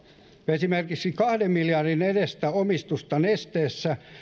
esimerkiksi kahden miljardin edestä omistusta nesteessä